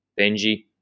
Benji